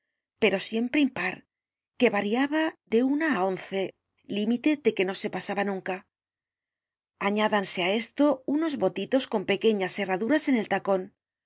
pero siempre impar que variaba de una á once límite de que no se pasaba nunca añádanse á esto unos botitos con pequeñas herraduras en el tacon